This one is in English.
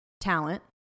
talent